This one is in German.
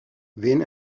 wen